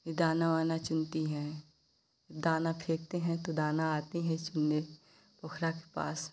दाना वाना चुनती हैं दाना फेंकते हैं तो दाना आती हैं चुनने पोखरा के पास